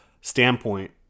standpoint